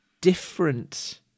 different